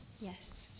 yes